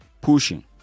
pushing